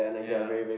ya